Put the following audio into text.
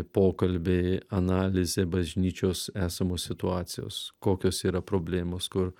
pokalbiai analizė bažnyčios esamos situacijos kokios yra problemos kur